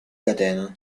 catena